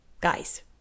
Guys